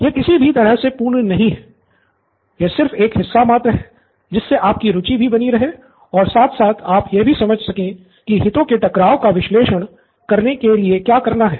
यह किसी भी तरह से पूर्ण नहीं है यह सिर्फ एक हिस्सा मात्र है जिससे आपकी रुचि भी बनी रहे और साथ साथ आप यह भी समझ सके कि हितों के टकराव का विश्लेषण करने के लिए क्या करना है